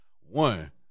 one